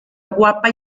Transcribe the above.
guapa